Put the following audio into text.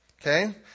Okay